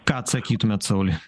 ką atsakytumėt sauliui